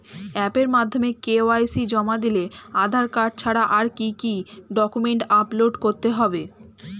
অ্যাপের মাধ্যমে কে.ওয়াই.সি জমা দিলে আধার কার্ড ছাড়া আর কি কি ডকুমেন্টস আপলোড করতে হবে?